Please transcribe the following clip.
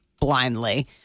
blindly